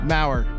Mauer